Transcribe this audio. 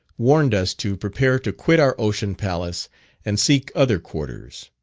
warned us to prepare to quit our ocean palace and seek other quarters.